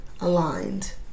aligned